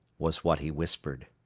was what he whispered.